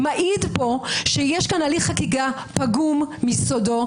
זה מעיד שיש כאן הליך חקיקה פגום מיסודו,